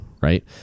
right